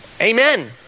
amen